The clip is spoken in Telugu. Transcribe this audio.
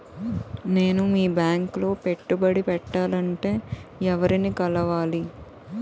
నేను మీ బ్యాంక్ లో పెట్టుబడి పెట్టాలంటే ఎవరిని కలవాలి?